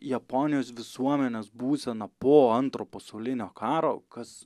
japonijos visuomenės būseną po antro pasaulinio karo kas